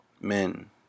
Men